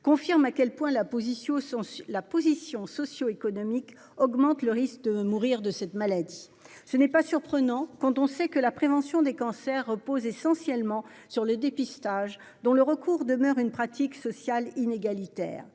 confirme à quel point la position socio-économique augmente le risque de mourir de cette maladie. Ce n'est pas surprenant, quand on sait que la prévention des cancers repose essentiellement sur le dépistage auquel les gens recourent inégalement